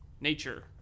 nature